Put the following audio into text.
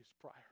prior